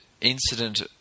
incident